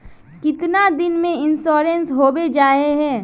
कीतना दिन में इंश्योरेंस होबे जाए है?